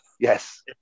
Yes